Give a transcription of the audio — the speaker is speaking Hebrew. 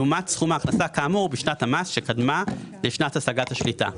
לעומת סכום ההכנסה כאמור בשנת המס שקדמה לשנת השגת השליטה.